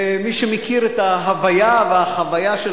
ומי שמכיר את ההוויה והחוויה של